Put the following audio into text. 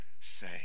say